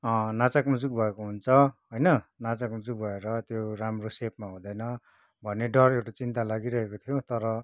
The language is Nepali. नाचक नुचुक भएको हुन्छ होइन नाचक नुचुक भएर त्यो राम्रो सेपमा हुँदैन भन्ने डर एउटा चिन्ता लागिरहेको थियो तर